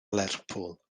lerpwl